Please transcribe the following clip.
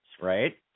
right